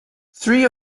three